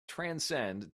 transcend